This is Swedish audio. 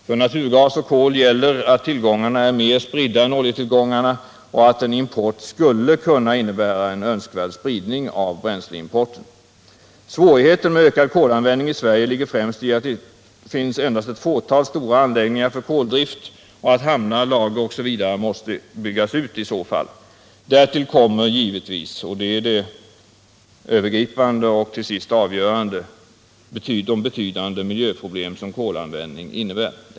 För naturgas och kol gäller att tillgångarna är mera spridda än oljetillgångarna och att en import skulle kunna innebära en önskvärd spridning av bränsleimporten. Svårigheten med ökad kolanvändning i Sverige ligger främst i att det finns endast ett fåtal stora anläggningar för koldrift och att hamnar, lager osv. måste byggas ut. Därtill kommer givetvis — och det är det övergripande och till sist avgörande — det betydande miljöproblem som kolanvändning medför.